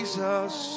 Jesus